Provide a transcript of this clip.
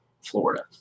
Florida